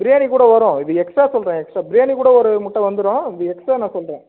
பிரியாணி கூட வரும் இது எக்ஸ்ட்ரா சொல்கிறேன் எக்ஸ்ட்ரா பிரியாணி கூட ஒரு முட்டை வந்துடும் இப்போ எக்ஸ்ட்ரா நான் சொல்கிறேன்